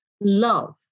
Love